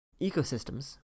ecosystems